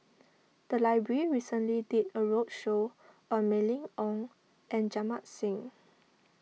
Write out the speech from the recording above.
the library recently did a Roadshow on Mylene Ong and Jamit Singh